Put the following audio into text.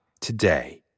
today